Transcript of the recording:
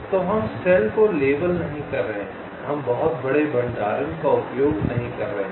तो हम सेल को लेबल नहीं कर रहे हैं हम बहुत बड़े भंडारण का उपयोग नहीं कर रहे हैं